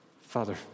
Father